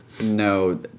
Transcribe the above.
No